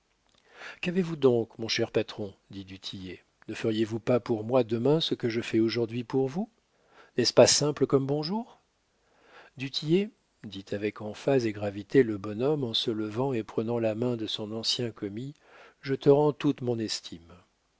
qu'avez-vous donc mon cher patron dit du tillet ne feriez-vous pas pour moi demain ce que je fais aujourd'hui pour vous n'est-ce pas simple comme bonjour du tillet dit avec emphase et gravité le bonhomme en se levant et prenant la main de son ancien commis je te rends toute mon estime